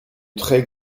très